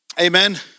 Amen